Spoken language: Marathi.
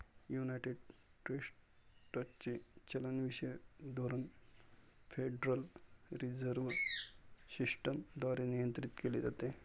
युनायटेड स्टेट्सचे चलनविषयक धोरण फेडरल रिझर्व्ह सिस्टम द्वारे नियंत्रित केले जाते